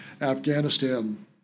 Afghanistan